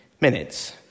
minutes